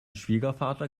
schwiegervater